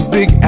Big